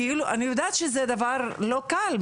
אני יודעת שזה דבר לא קל,